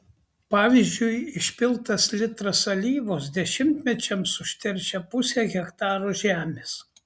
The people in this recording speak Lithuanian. pavyzdžiui išpiltas litras alyvos dešimtmečiams užteršia pusę hektaro žemės